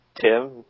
Tim